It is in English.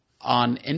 on